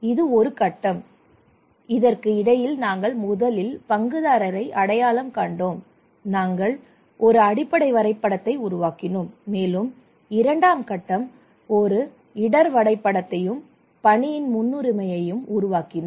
இது ஒரு கட்டம் இதற்கு இடையில் நாங்கள் முதலில் பங்குதாரரை அடையாளம் கண்டோம் நாங்கள் ஒரு அடிப்படை வரைபடத்தை உருவாக்கினோம் மேலும் இரண்டாம் கட்டம் ஒரு இடர் வரைபடத்தையும் பணியின் முன்னுரிமையையும் உருவாக்கினோம்